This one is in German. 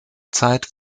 zeit